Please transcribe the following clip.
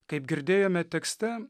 kaip girdėjome tekste